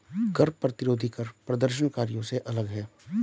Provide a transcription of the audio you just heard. कर प्रतिरोधी कर प्रदर्शनकारियों से अलग हैं